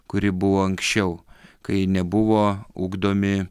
kuri buvo anksčiau kai nebuvo ugdomi